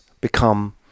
become